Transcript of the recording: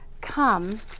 come